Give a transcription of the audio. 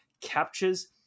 captures